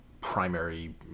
primary